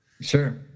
Sure